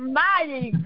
mighty